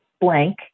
blank